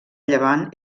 llevant